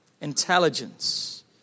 Intelligence